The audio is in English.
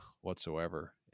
whatsoever